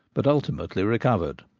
but ultimately recovered.